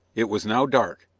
it was now dark,